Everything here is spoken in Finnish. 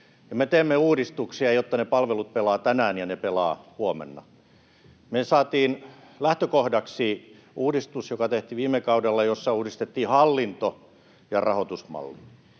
me teemme uudistuksia, jotta ne palvelut pelaavat tänään ja ne pelaavat huomenna. Me saatiin lähtökohdaksi uudistus, joka tehtiin viime kaudella ja jossa uudistettiin hallinto- ja rahoitusmalli,